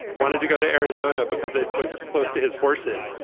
wanted to go to arizona because it was close to his horses.